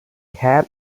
had